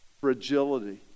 fragility